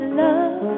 love